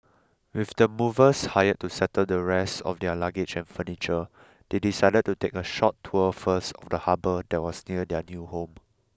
with the movers hired to settle the rest of their luggage and furniture they decided to take a short tour first of the harbour that was near their new home